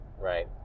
Right